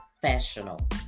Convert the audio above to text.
professional